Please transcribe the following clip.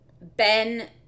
ben